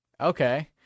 Okay